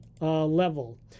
level